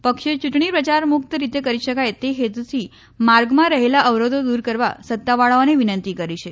પક્ષે યૂંટણી પ્રચાર મુક્ત રીતે કરી શકે તે હેતુથી માર્ગમાં રહેલા અવરોધો દૂર કરવા સત્તાવાળાઓને વિનંતી કરી છે